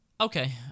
Okay